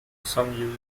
some